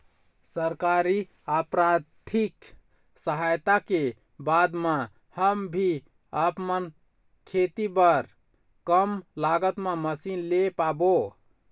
सरकारी आरथिक सहायता के बाद मा हम भी आपमन खेती बार कम लागत मा मशीन ले पाबो?